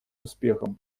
успехом